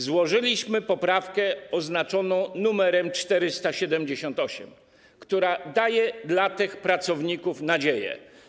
Złożyliśmy poprawkę oznaczoną numerem 478, która daje tym pracownikom nadzieję.